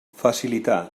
facilitar